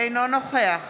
אינו נוכח